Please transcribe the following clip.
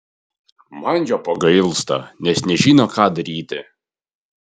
man jo pagailsta nes nežino ką daryti